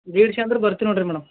ದೇಡ್ಶೆ ಅಂದ್ರೆ ಬರ್ತೀನ್ ನೋಡಿರಿ ಮೇಡಮ್